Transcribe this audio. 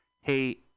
hey